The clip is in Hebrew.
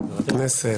חבר הכנסת,